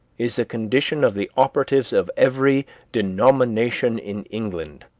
is the condition of the operatives of every denomination in england,